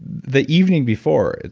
the evening before,